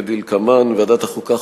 כדלקמן: ועדת החוקה,